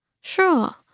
Sure